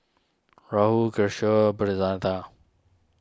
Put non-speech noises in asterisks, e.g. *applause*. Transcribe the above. Rahul Kishore *unintelligible*